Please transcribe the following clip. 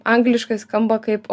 angliškai skamba kaip o